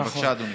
נכון.